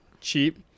cheap